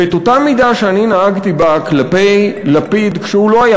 ואת אותה מידה שאני נהגתי בה כלפי לפיד כשהוא לא היה